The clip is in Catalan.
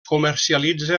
comercialitza